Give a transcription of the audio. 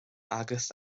agus